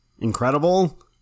incredible